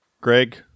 Greg